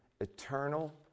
eternal